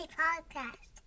podcast